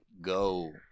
go